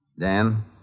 Dan